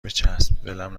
بچسب، ولم